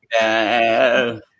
no